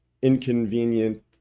Inconvenient